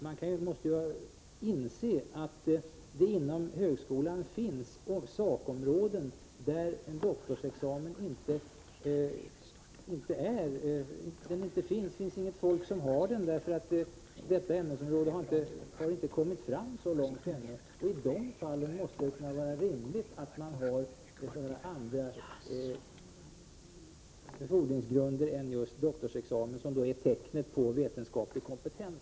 Vi måste dock inse att det inom högskolan finns sakområden där det inte finns folk som har en doktorsexamen, därför att man inom dessa ämnesområden ännu inte kommit så långt fram. I de fallen måste det vara rimligt att använda andra befordringsgrunder än just doktorsexamen som tecken på vetenskaplig kompetens.